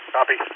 Copy